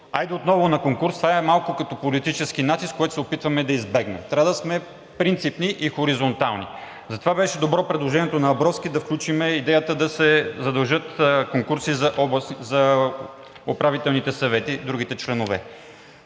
хайде отново на конкурс, това е малко като политически натиск, който се опитваме да избегнем – трябва да сме принципни и хоризонтални. Затова беше добро предложението на Абровски да включим идеята да се задължат – конкурси за управителните съвети и другите членове.